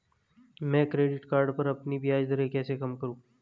मैं credit card पर अपनी ब्याज दरें कैसे कम करूँ?